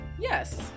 yes